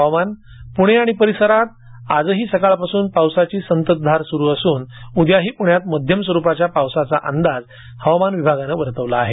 हवामान पुणे आणि परिसरात आजही सकाळपासून पावसाची संततधार सुरू असून उद्याही पुण्यात मध्यम पावसाचा अंदाज हवामान विभागानं वर्तवला आहे